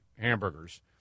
hamburgers